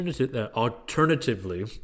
alternatively